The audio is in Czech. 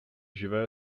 živé